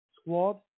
squad